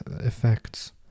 effects